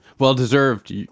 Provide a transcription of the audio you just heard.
Well-deserved